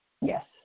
yes